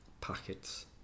packets